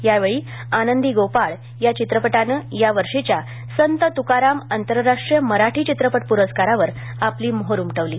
यावेळी आनंदी गोपाळ या चित्रपटाने या वर्षीच्या संत त्काराम आंतरराष्ट्रीय मराठी चित्रपट प्रस्कारावर आपली मोहोर उमटविली